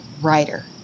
Writer